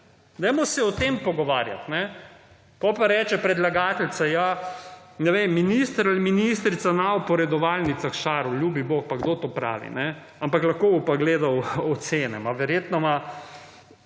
Dajmo se o tem pogovarjati. Potem pa reče predalgateljica, ja ne vem, minister ali ministrica ne bo po redovalnicah šarila. Ljubi bog, pa kdo to pravi, ampak lahko bo pa gledal ocene. Ma verjetno ima,